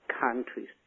Countries